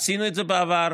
עשינו את זה בעבר,